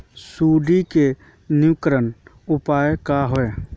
सुंडी के निवारक उपाय का होए?